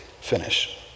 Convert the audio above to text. finish